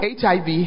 HIV